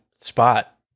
spot